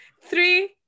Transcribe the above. three